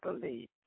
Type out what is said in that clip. believe